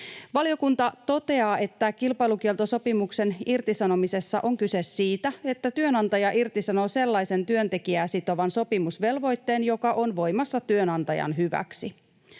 Valiokunta toteaa, että kilpailukieltosopimuksen irtisanomisessa on kyse siitä, että työnantaja irtisanoo sellaisen työntekijää sitovan sopimusvelvoitteen, joka on voimassa työnantajan hyväksi.